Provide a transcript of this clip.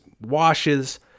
washes